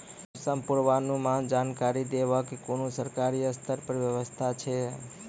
मौसम पूर्वानुमान जानकरी देवाक कुनू सरकारी स्तर पर व्यवस्था ऐछि?